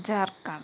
Jharkhand